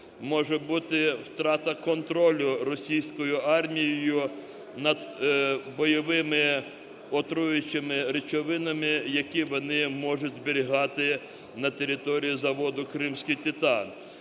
може бути втрата контролю російською армією над бойовими отруюючими речовинами, які вони можуть зберігати на території заводу "Кримський титан".